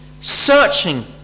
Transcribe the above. Searching